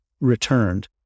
returned